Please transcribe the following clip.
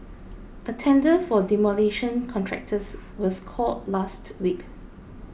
a tender for demolition contractors was called last week